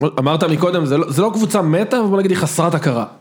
אמרת מקודם, זה לא קבוצה מטה, ובוא נגיד חסרת הכרה.